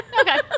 Okay